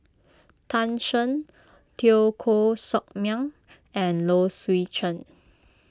Tan Shen Teo Koh Sock Miang and Low Swee Chen